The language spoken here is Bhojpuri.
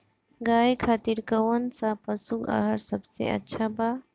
गाय खातिर कउन सा पशु आहार सबसे अच्छा बा?